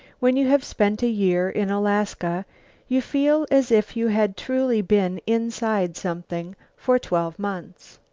when you have spent a year in alaska you feel as if you had truly been inside something for twelve months.